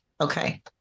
Okay